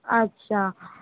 अच्छा